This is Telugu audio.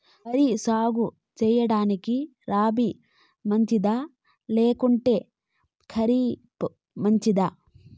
వరి సాగు సేయడానికి రబి మంచిదా లేకుంటే ఖరీఫ్ మంచిదా